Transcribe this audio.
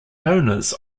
owners